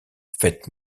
fête